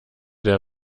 der